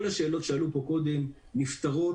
כל השאלות שעלו פה קודם נפתרות,